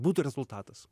būtų rezultatas